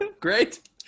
Great